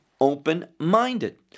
open-minded